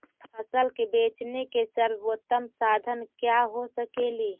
फसल के बेचने के सरबोतम साधन क्या हो सकेली?